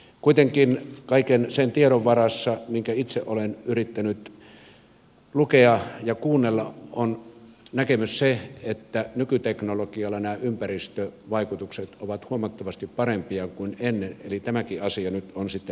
kuitenkin kaiken sen tiedon varassa minkä itse olen yrittänyt lukea ja kuunnella on näkemys se että nykyteknologialla nämä ympäristövaikutukset ovat huomattavasti parempia kuin ennen eli tämäkin asia nyt on sitten hallussa